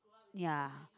ya